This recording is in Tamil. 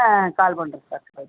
ஆ கால் பண்ணுறேன் சார் ஓகே